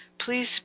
Please